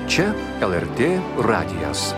čia lrt radijas